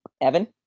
Evan